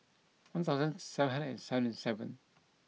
one thousand seven hundred and seventy seven